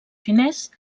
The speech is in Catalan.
finès